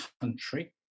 country